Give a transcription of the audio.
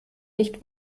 nicht